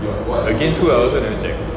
against who I also never check